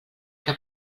que